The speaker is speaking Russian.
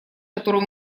которую